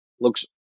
looks